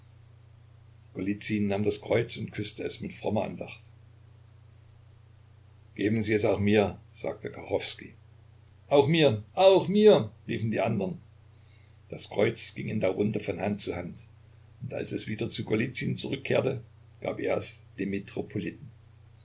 nahm das kreuz und küßte es mit frommer andacht geben sie es auch mir sagte kachowskij auch mir auch mir riefen die andern das kreuz ging in der runde von hand zu hand und als es wieder zu golizyn zurückkehrte gab er es dem